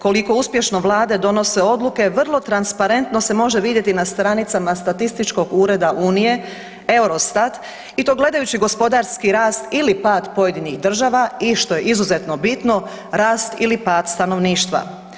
Koliko uspješno vlade donose odluke, vrlo transparentno se može vidjeti na stranicama statističkog ureda Unije, Eurostat i to gledajući gospodarski rast ili pad pojedinih država i što je izuzetno bitno, rast ili pad stanovništva.